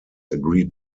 agreed